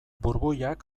burbuilak